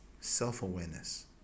Self-awareness